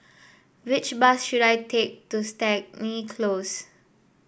which bus should I take to Stangee Close